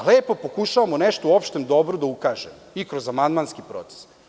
Lepo pokušavamo nešto u opštem dobru da ukažemo i kroz amandmanski proces.